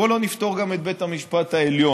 בוא לא נפטור גם את בית המשפט העליון,